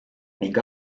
ning